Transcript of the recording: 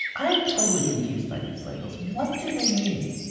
i'm totally confused by these labels. what do they mean?